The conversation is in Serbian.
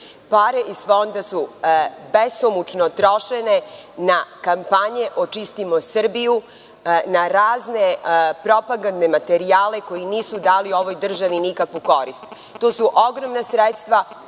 iz Fonda su besomučno trošene na kampanje „Očistimo Srbiju“, na razne propagandne materijale koji nisu ovoj državi dali nikakvu korist. To su ogromna sredstva,